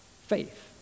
faith